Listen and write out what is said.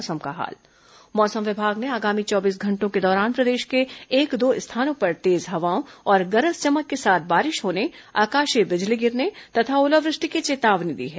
मौसम मौसम विभाग ने आगामी चौबीस घंटों के दौरान प्रदेश के एक दो स्थानों पर तेज हवाओं और गरज चमक के साथ बारिश होने आकाशीय बिजली गिरने तथा ओलावृष्टि की चेतावनी दी है